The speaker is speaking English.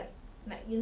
ya